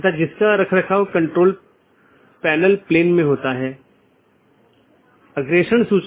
एक गैर मान्यता प्राप्त ऑप्शनल ट्रांसिटिव विशेषता के साथ एक पथ स्वीकार किया जाता है और BGP साथियों को अग्रेषित किया जाता है